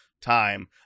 time